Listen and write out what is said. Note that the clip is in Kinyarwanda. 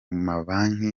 mabanki